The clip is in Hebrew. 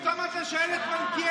פתאום אתה שואל את מלכיאלי.